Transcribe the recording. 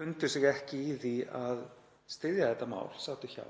fundu sig ekki í því að styðja þetta mál, sátu hjá.